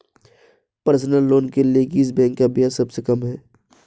Personal loan के लिए किस बैंक का ब्याज सबसे कम है?